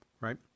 Right